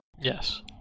Yes